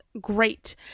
great